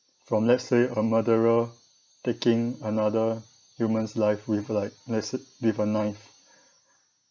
from let's say a murderer taking another human's life with like let say with a knife